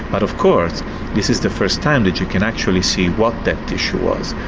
but of course this is the first time that you can actually see what that tissue was.